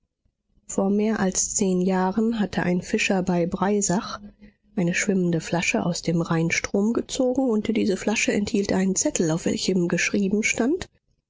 vor mehr als zehn jahren hatte ein fischer bei breisach eine schwimmende flasche aus dem rheinstrom gezogen und diese flasche enthielt einen zettel auf welchem geschrieben stand